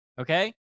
okay